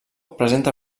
presenta